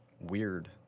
Weird